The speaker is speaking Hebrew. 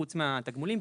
חוץ מהתגמולים,